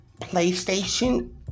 PlayStation